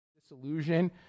disillusion